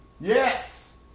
Yes